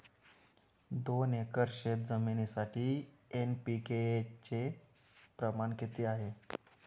दोन एकर शेतजमिनीसाठी एन.पी.के चे प्रमाण किती आहे?